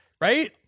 Right